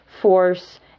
force